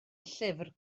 llyfr